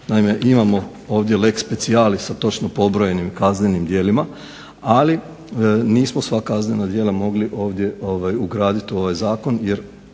Naime imamo ovdje lex specialis o točno pobrojenim kaznenim djelima, ali nismo sva kaznena djela mogli ovdje ugradit u ovaj zakon jer